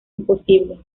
imposible